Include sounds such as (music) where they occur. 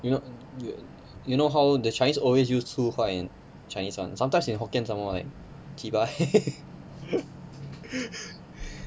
you know you you know how the chinese always use 粗话 in chinese [one] sometimes in hokkien somemore like chee bye (laughs)